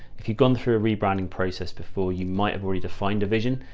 if you've gone through a rebranding process before you might've already defined a vision,